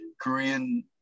Korean